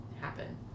happen